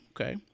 okay